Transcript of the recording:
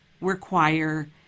require